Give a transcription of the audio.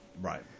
Right